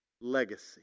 legacy